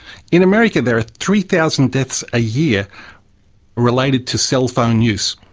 in america there are three thousand deaths a year related to cell phone use.